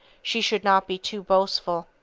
she should not be too boastful.